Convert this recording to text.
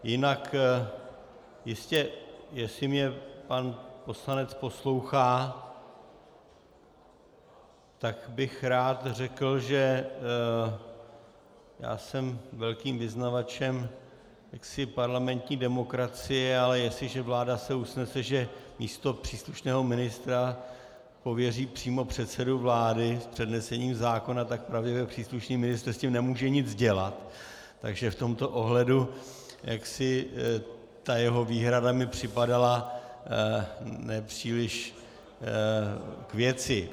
Jinak jistě, jestli mě pan poslanec poslouchá, tak bych rád řekl, že já jsem velkým vyznavačem parlamentní demokracie, ale jestliže vláda se usnese, že místo příslušného ministra pověří přímo předsedu vlády k přednesení zákona, tak pravděpodobně příslušný ministr s tím nemůže nic dělat, takže v tomto ohledu jaksi jeho výhrada mi připadala ne příliš k věci.